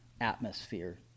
atmosphere